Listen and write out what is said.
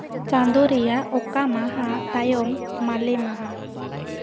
ᱪᱟᱸᱫᱳ ᱨᱮᱭᱟᱜ ᱚᱠᱟ ᱢᱟᱦᱟ ᱛᱟᱭᱚᱢ ᱵᱟᱞᱮ ᱢᱟᱦᱟ